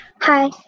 Hi